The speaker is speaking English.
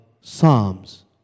Psalms